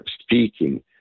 speaking